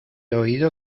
oído